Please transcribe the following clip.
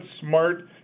smart